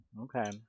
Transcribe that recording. Okay